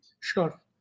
sure